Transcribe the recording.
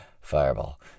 fireball